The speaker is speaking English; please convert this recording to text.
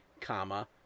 comma